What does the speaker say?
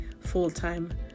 full-time